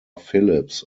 philips